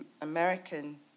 American